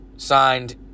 signed